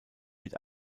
mit